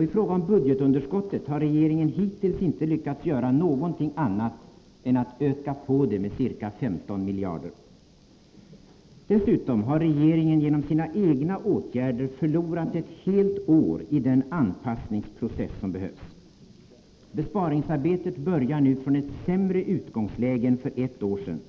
I fråga om budgetunderskottet har regeringen hittills inte lyckats göra någonting annat än att öka på det med ca 15 miljarder kronor. Dessutom har regeringen genom sina egna åtgärder förlorat ett helt år i den anpassningsprocess som behövs. Besparingsarbetet börjar nu från ett sämre utgångsläge än för ett år sedan,